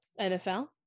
NFL